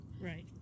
Right